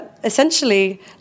Essentially